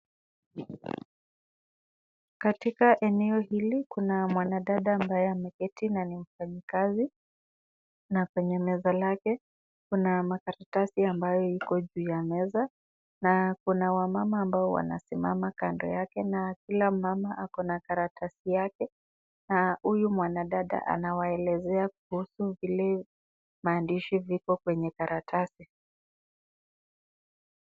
Katika eneo hili kuna mwanadada ambaye ameketi na ni mfanyakazi na kwenye meza lake kuna makaratasi ambayo iko juu ya meza na kuna wamama ambao wanasimama kando yake na kila mmama ako na karatasi yake na huyu mwanadada anawaelezea kuhusu vile maandishi viko kwenye makaratasi.